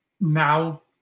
now